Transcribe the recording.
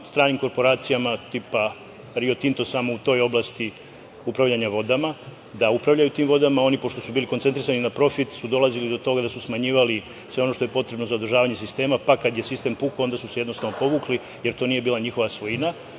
stranim korporacijama, tipa „Rio Tinto“ samo u toj oblasti upravljanja vodama da upravljaju tim vodama, a oni pošto su bili koncentrisani na profit su dolazili do toga da su smanjivali sve ono što je potrebno za održavanje sistema, pa kad je sistem pukao, onda su se jednostavno povukli, jer to nije bila njihova svojina.